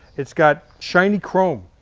it's got shiny chrome,